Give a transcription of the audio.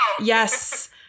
yes